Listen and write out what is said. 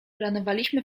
planowaliśmy